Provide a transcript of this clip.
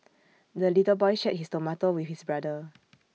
the little boy shared his tomato with his brother